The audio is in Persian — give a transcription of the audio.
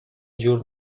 جور